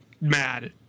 mad